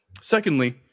Secondly